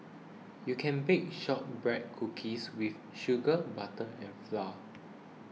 you can bake Shortbread Cookies with sugar butter and flour